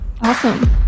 Awesome